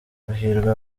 hahirwa